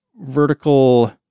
vertical